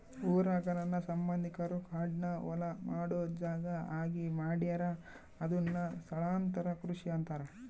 ಊರಾಗ ನನ್ನ ಸಂಬಂಧಿಕರು ಕಾಡ್ನ ಹೊಲ ಮಾಡೊ ಜಾಗ ಆಗಿ ಮಾಡ್ಯಾರ ಅದುನ್ನ ಸ್ಥಳಾಂತರ ಕೃಷಿ ಅಂತಾರ